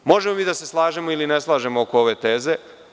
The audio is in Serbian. Možemo mi da se slažemo ili ne slažemo oko ove teze.